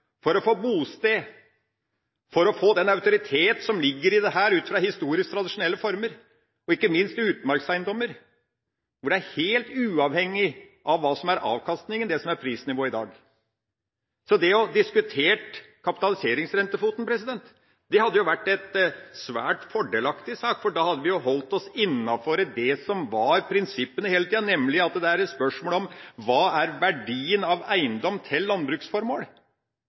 for å få bosted, for å få den autoritet som ligger i dette ut fra historisk tradisjonelle former, og ikke minst for å få utmarkseiendommer, hvor prisnivået i dag er helt uavhengig av avkastninga. Så det å ha diskutert kapitaliseringsrentefoten, hadde vært en svært fordelaktig sak, for da hadde vi jo holdt oss innenfor det som var prinsippene hele tida, nemlig at det er et spørsmål om hva som er verdien av eiendom til landbruksformål.